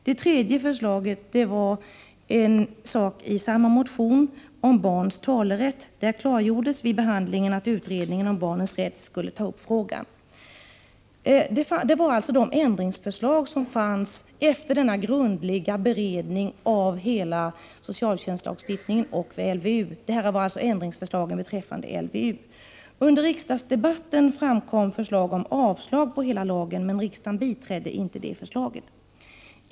Den tredje ändringen gällde ett förslag i samma motion om barns talerätt. Vid behandlingen på den punkten klargjordes att utredningen om barnens rätt skulle ta upp frågan. Detta var alltså de ändringsförslag som fanns beträffande LVU efter den grundliga beredningen i samband med hela socialtjänstlagstiftningen. Under riksdagsdebatten framkom förslag om avslag på hela lagen, men riksdagen biträdde inte detta.